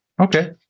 okay